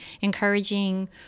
encouraging